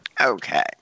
Okay